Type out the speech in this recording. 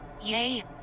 Yay